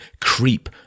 creep